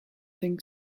think